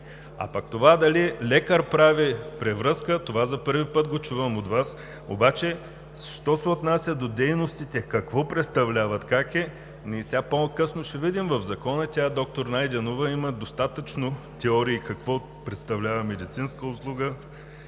А пък това дали лекар прави превръзка, това за първи път го чувам от Вас. Обаче що се отнася до дейностите – какво представляват, как е, ние по-късно ще видим в Закона. Доктор Найденова има достатъчно теории какво представлява медицинска услуга